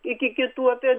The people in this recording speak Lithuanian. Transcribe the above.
iki kitų apie